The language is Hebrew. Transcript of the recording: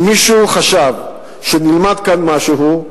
אם מישהו חשב שנלמד כאן משהו,